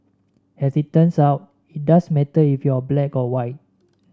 as it turns out it does matter if you're black or white